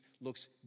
looks